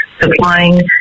supplying